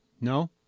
No